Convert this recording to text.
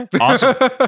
Awesome